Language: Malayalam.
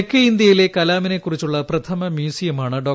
തെക്കേ ഇന്ത്യയിലെ കലാമിനെ കുറിച്ചുള്ള പ്രഥമ മ്യൂസിയമാണ് ഡോ